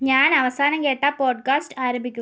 ഞാൻ അവസാനം കേട്ട പോഡ്കാസ്റ്റ് ആരംഭിക്കൂ